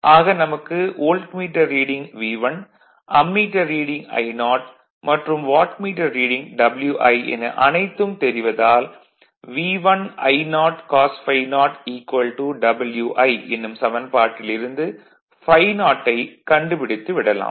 ஆக நமக்கு voltmeter reading V1 ammeter reading I0 மற்றும் வாட்மீட்டர் ரீடிங் Wi என அனைத்தும் தெரிவதால் V1I0cos ∅0 Wi எனும் சமன்பாட்டில் இருந்து ∅0 ஐக் கண்டுபிடித்து விடலாம்